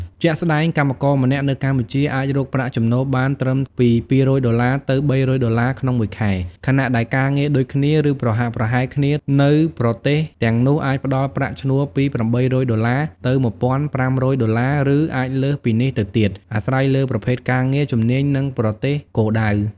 ជាក់ស្ដែង កម្មករម្នាក់នៅកម្ពុជាអាចរកប្រាក់ចំណូលបានត្រឹមពី ២០០ដុល្លា ទៅ ៣០០ដុល្លា ក្នុងមួយខែ ខណៈដែលការងារដូចគ្នា ឬប្រហាក់ប្រហែលគ្នានៅប្រទេសទាំងនោះ អាចផ្ដល់ប្រាក់ឈ្នួលពី៨០០ដុល្លា ទៅ ១៥០០ដុល្លា ឬអាចលើសពីនេះទៅទៀត អាស្រ័យលើប្រភេទការងារ ជំនាញ និងប្រទេសគោលដៅ។